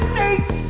States